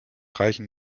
reichen